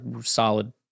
solid